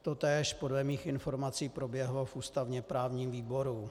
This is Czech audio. Totéž podle mých informací proběhlo v ústavněprávním výboru.